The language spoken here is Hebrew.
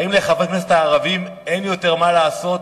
האם לחברי הכנסת הערבים אין יותר מה לעשות